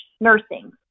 nursing